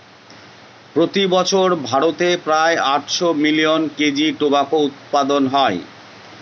প্রতি বছর ভারতে প্রায় আটশো মিলিয়ন কেজি টোবাকো উৎপাদন হয়